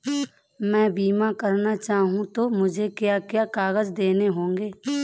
मैं बीमा करना चाहूं तो मुझे क्या क्या कागज़ देने होंगे?